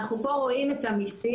אנחנו פה רואים את המיסים.